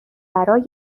برای